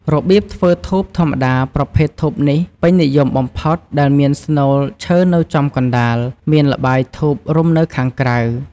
របៀបធ្វើធូបធម្មតាប្រភេទធូបនេះពេញនិយមបំផុតដែលមានស្នូលឈើនៅចំកណ្ដាលមានល្បាយធូបរុំនៅខាងក្រៅ។